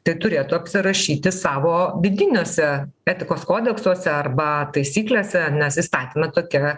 tai turėtų apsirašyti savo vidiniuose etikos kodeksuose arba taisyklėse nes įstatyme tokia